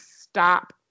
stop